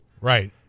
Right